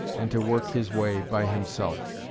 and to work his way by himself.